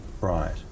Right